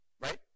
Right